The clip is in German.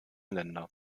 länder